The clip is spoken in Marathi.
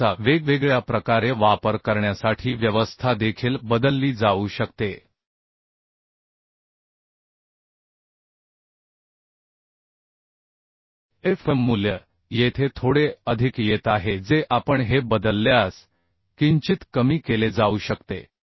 मूल्याचा वेगवेगळ्या प्रकारे वापर करण्यासाठी व्यवस्था देखील बदलली जाऊ शकते Fmमूल्य येथे थोडे अधिक येत आहे जे आपण हे बदलल्यास किंचित कमी केले जाऊ शकते